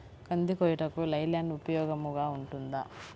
కంది కోయుటకు Leyland ఉపయోగముగా ఉంటుందా?